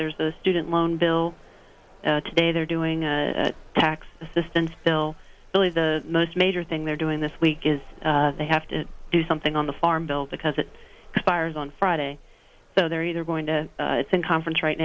there's a student loan bill today they're doing a tax assistance bill really the most major thing they're doing this week is they have to do something on the farm bill because it fires on friday so they're either going to it's in conference right